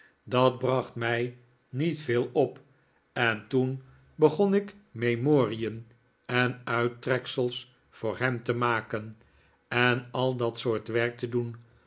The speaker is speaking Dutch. dat bracht mij niet veel op en toen begon ik memorien en uittreksels voor hem te maken en al dat soort werk te doen